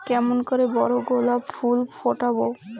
কেমন করে বড় গোলাপ ফুল ফোটাব?